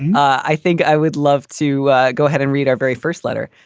i think i would love to go ahead and read our very first letter.